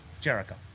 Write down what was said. Jericho